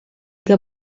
que